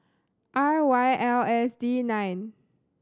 R Y L S D nine